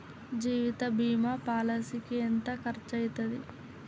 జీవిత బీమా పాలసీకి ఎంత ఖర్చయితది?